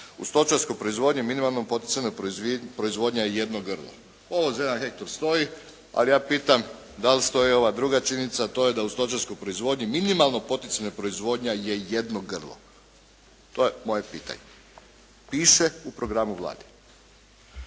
u stočarskoj proizvodnji minimalno poticajna proizvodnja je jedno grlo. Ovo za 1 hektar stoji, ali ja pitam da li stoji ova druga činjenica, a to je da u stočarskoj proizvodnji minimalno poticajna proizvodnja jedno grlo. To je moje pitanje. Piše u programu Vlade.